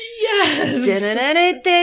Yes! (